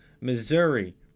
Missouri